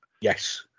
Yes